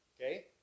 Okay